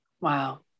wow